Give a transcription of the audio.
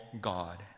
God